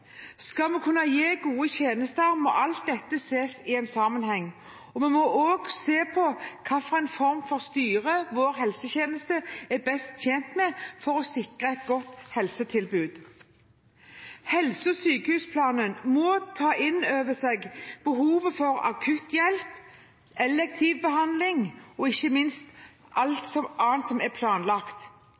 Skal man kunne gi gode tjenester, må alt dette ses i sammenheng, og man må også se på hvilken form for styre vår helsetjeneste er best tjent med for å sikre et godt helsetilbud. Helse- og sykehusplanen må ta inn over seg behovet for akutt hjelp, elektiv behandling og ikke minst all annen behandling som er planlagt.